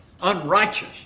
unrighteous